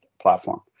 platform